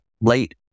late